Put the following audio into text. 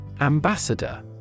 Ambassador